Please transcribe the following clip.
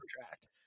contract